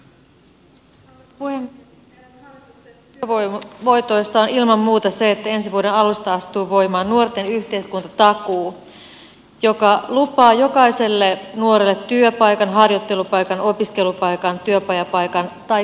eräs hallituksen työvoitoista on ilman muuta se että ensi vuoden alusta astuu voimaan nuorten yhteiskuntatakuu joka lupaa jokaiselle nuorelle työpaikan harjoittelupaikan opiskelupaikan työpajapaikan tai kuntoutuspaikan